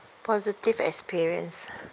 positive experience